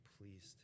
pleased